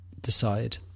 decide